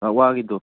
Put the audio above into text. ꯑꯥ ꯋꯥꯒꯤꯗꯣ